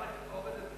אצלי המערכת לא עובדת,